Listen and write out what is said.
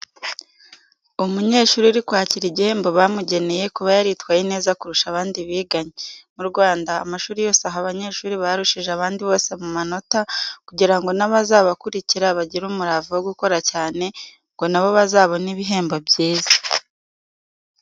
Umunyeshuri uri kwakira igihembo bamugeneye kuba yaritwaye neza kurusha abandi biganye, mu Rwanda amashuri yose aha abanyeshuri barushije abandi bose mu manota kugira ngo n'abazabakurikira bagire umurava wo gukora cyane ngo na bo bazabone ibihembo byiza.